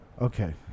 Okay